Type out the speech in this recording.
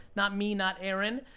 not me, not aaron.